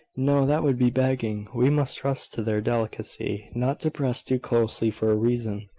no that would be begging. we must trust to their delicacy not to press too closely for a reason,